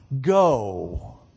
go